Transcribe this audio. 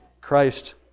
Christ